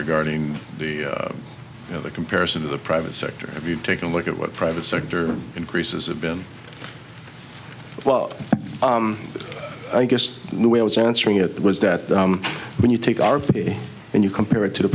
regarding the you know the comparison to the private sector if you take a look at what private sector increases have been well i guess the way i was answering it was that when you take our pay and you compare it to the